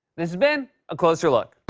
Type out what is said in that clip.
this has been a closer look.